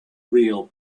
real